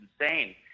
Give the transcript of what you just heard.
insane